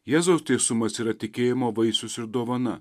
jėzaus teisumas yra tikėjimo vaisius ir dovana